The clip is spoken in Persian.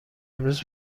امروز